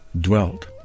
dwelt